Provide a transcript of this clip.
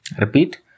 Repeat